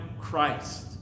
Christ